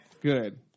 Good